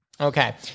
Okay